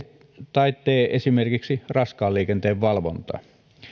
tai tee esimerkiksi raskaan liikenteen valvontaa